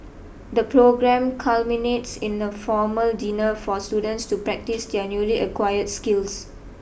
the programme culminates in a formal dinner for students to practise their newly acquired skills